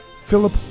Philip